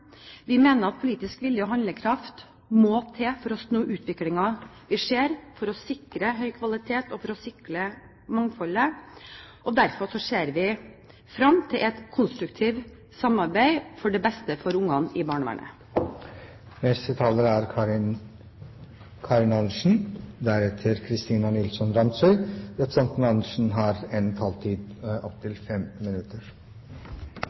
Vi mener at politisk vilje og handlekraft må til for å snu utviklingen vi ser, for å sikre høy kvalitet og mangfold. Derfor ser vi fram til et konstruktivt samarbeid til det beste for barna i barnevernet. Barnevernet skal alltid være til barnas beste. Det er grunn til å gjenta det fordi det av og til har